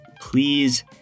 Please